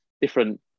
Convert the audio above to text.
different